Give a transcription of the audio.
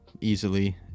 Easily